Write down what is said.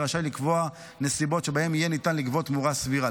יהיה רשאי לקבוע נסיבות שבהן ניתן יהיה לגבות תמורה סבירה.